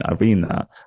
arena